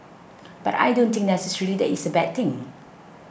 but I don't think necessarily that it's a bad thing